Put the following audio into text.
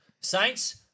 Saints